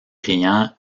briand